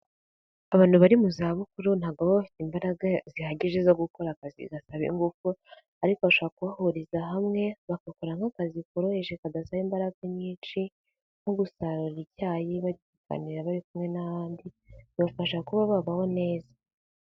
Abantu bari mu zabukuru ntabwo bafite imbaraga zihagije zo gukora akazi gasaba ingufu, ariko bashaka kubahuriza hamwe bagakora nk'akazi koroheje kadasaba imbaraga nyinshi nko gusarura icyayi baganira bari kumwe n'abandi. Bibafasha kuba babaho neza.